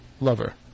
lover